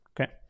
Okay